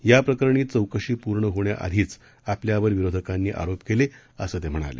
याप्रकरणी चौकशी पूर्ण होण्याआधीच आपल्यावर विरोधकांनी आरोप केले असं ते म्हणाले